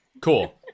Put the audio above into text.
cool